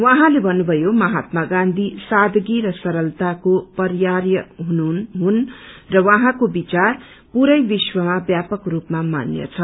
उझँले भन्नुभयो महात्मा गाँची सादगी र सरलताको पर्याय हुनू र उझँको विचार पूरै विश्वमा व्यापक स्पमा मान्य छ